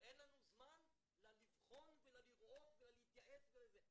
אין לנו זמן לבחון ולראות ולהתייעץ וזה.